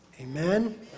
Amen